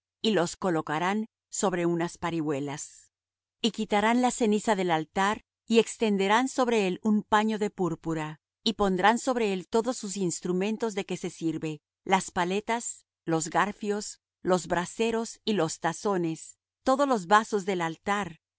y los colocarán sobre unas parihuelas y quitarán la ceniza del altar y extenderán sobre él un paño de púrpura y pondrán sobre él todos sus instrumentos de que se sirve las paletas los garfios los braseros y los tazones todos los vasos del altar